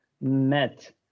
met